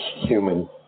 human